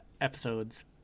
episodes